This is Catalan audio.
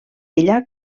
ella